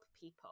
people